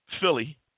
Philly